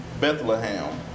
Bethlehem